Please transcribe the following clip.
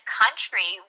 country